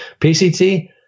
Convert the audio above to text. PCT